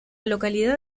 localidad